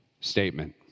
statement